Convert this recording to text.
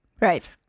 Right